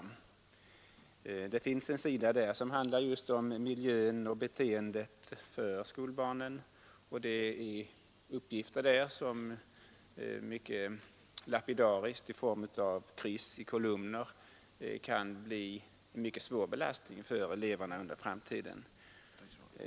På en sida i detta kort skall uppgifter om skolbarnens miljö och beteende antecknas helt lapidariskt i form av kryss i kolumner. Detta kan bli en mycket svår belastning för eleverna i framtiden.